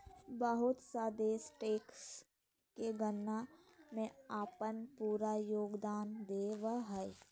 बहुत सा देश टैक्स के गणना में अपन पूरा योगदान देब हइ